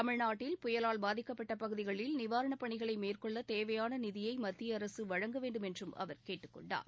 தமிழ்நாட்டில் புயலால் பாதிக்கப்பட்ட பகுதிகளில் நிவாரணப் பணிகளை மேற்கொள்ள தேவையான நிதியை மத்திய அரசு வழங்க வேண்டும் என்று அவர் கேட்டுக்கொண்டார்